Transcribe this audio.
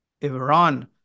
Iran